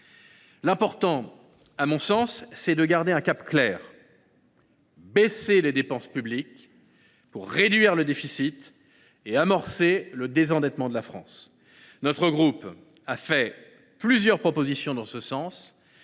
L’important, selon nous, est de garder un cap clair : baisser les dépenses publiques pour réduire le déficit et amorcer le désendettement de la France. Notre groupe a fait plusieurs propositions en ce sens,